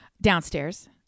Downstairs